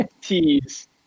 tease